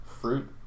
fruit